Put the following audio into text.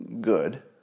good